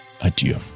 adieu